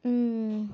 ఆ